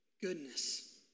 goodness